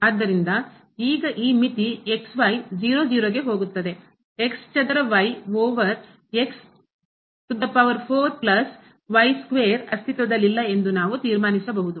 ಆದ್ದರಿಂದ ಈಗ ಈ ಮಿತಿ ಗೆ ಹೋಗುತ್ತದೆ ಚದರ ಓವರ್ 4 ಪ್ಲಸ್ y ಸ್ಕ್ವೇರ್ ಅಸ್ತಿತ್ವದಲ್ಲಿಲ್ಲಎಂದು ನಾವು ತೀರ್ಮಾನಿಸಬಹುದು